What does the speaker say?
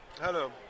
Hello